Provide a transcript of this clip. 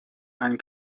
einen